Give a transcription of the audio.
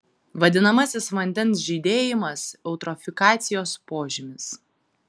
vadinamasis vandens žydėjimas eutrofikacijos požymis